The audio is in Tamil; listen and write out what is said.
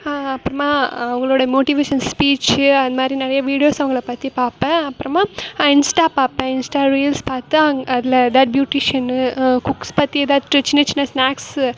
அப்புறமா அவங்களோட மோட்டிவேஷன் ஸ்பீச்சு அதுமாதிரி நிறைய வீடியோஸ் அவங்கள பற்றி பார்ப்பேன் அப்புறமா இன்ஸ்டா பார்ப்பேன் இன்ஸ்டா ரீல்ஸ் பார்த்து அங் அதில் ஏதாவது பியூட்டிஷனு குக்ஸ் பற்றி ஏதாவது டி சின்ன சின்ன ஸ்நாக்ஸு